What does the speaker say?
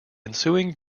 ensuing